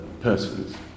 persons